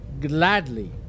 gladly